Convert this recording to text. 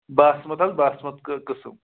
باسمَت حظ باسمَت قٕسٕم